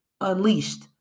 unleashed